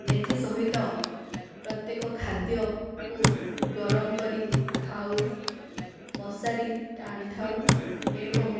ଏଥିସହିତ ପ୍ରତ୍ୟେକ ଖାଦ୍ୟକୁ ଗରମ କରି ଖାଉ ମଶାରୀ ଟାଣିଥାଉ ଏବଂ